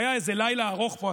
היה איזה לילה ארוך פה,